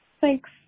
Thanks